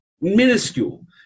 minuscule